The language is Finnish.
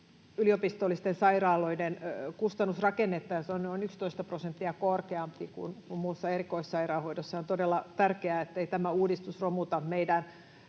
yliopistollisten sairaaloiden kustannusrakennetta, ja se on noin 11 prosenttia korkeampi kuin muussa erikoissairaanhoidossa. On todella tärkeää, ettei tämä uudistus romuta meidän